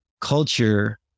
Culture